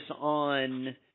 on